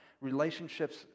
relationships